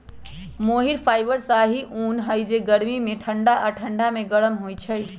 मोहिर fibre शाहि उन हइ के गर्मी में ठण्डा आऽ ठण्डा में गरम होइ छइ